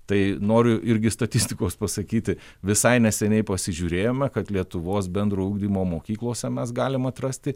tai noriu irgi statistikos pasakyti visai neseniai pasižiūrėjome kad lietuvos bendrojo ugdymo mokyklose mes galim atrasti